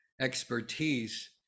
expertise